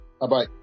Bye-bye